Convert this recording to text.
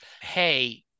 hey